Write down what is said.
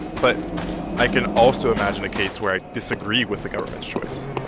but i can also imagine a case where i disagree with the government's choice